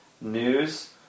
news